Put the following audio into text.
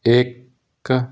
ਇੱਕ